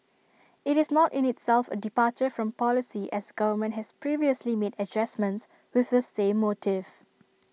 IT is not in itself A departure from policy as government has previously made adjustments with the same motive